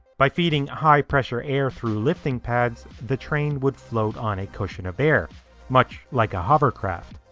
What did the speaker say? by feeding high pressure air through lifting pads, the train would float on a cushion of air much like a hovercraft.